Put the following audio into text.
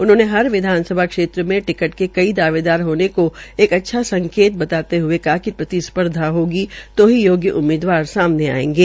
उन्होंने हर विधानसभा क्षेत्र में टिकअ के कई दावेदार होने का एक अच्छा संकेत बताते हये कहा कि प्रतिस्पर्धा होगी तो ही योग्य उम्मीदवार सामने आयेंगे